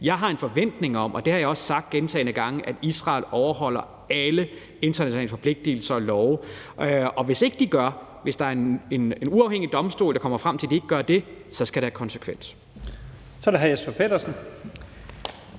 Jeg har en forventning om – og det har jeg også sagt gentagne gange – at Israel overholder alle internationale forpligtigelser og love. Hvis der er en uafhængig domstol, der kommer frem til, at de ikke gør det, skal det have en konsekvens. Kl. 13:43 Første næstformand